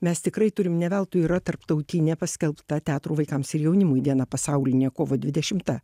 mes tikrai turim ne veltui yra tarptautinė paskelbta teatrų vaikams ir jaunimui diena pasaulinė kovo dvidešimta